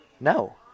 no